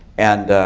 and